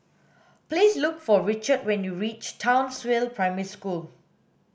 please look for Richard when you reach Townsville Primary School